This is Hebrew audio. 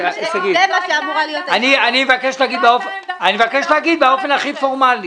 אני מבקש להגיד באופן הכי פורמלי